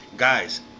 guys